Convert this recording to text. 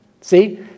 See